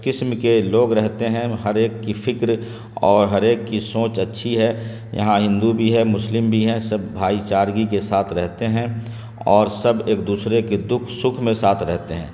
قسم کے لوگ رہتے ہیں ہر ایک کی فکر اور ہر ایک کی سوچ اچھی ہے یہاں ہندو بھی ہے مسلم بھی ہیں سب بھائی چارگی کے ساتھ رہتے ہیں اور سب ایک دوسرے کے دکھ سکھ میں ساتھ رہتے ہیں